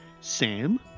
Sam